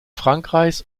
frankreichs